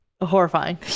horrifying